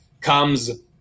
comes